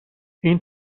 این